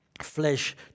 flesh